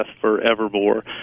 forevermore